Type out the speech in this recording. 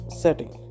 setting